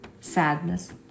sadness